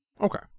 Okay